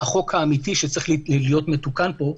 החוק האמיתי שצריך להיות מתוקן פה,